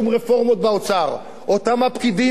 אותם הפקידים, וראינו מה שהיה בדוח הכרמל,